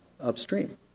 upstream